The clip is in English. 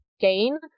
gain